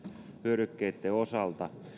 hyödykkeitten osalta